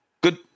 good